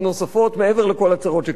מעבר לכל הצרות שכבר הכרנו.